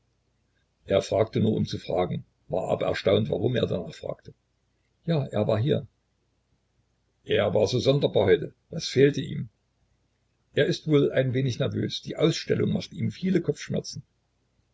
er fragte nur um zu fragen war aber erstaunt warum er danach fragte ja er war hier er war so sonderbar heute was fehlte ihm er ist wohl ein wenig nervös die ausstellung macht ihm viele kopfschmerzen